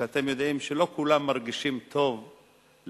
אתם יודעים שלא כולם מרגישים טוב להביא